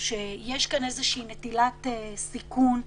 יש כאן נטילת סיכון,